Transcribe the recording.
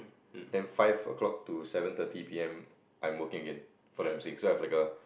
then five o'clock to seven thirty P_M I'm working again for the emceeing so I've a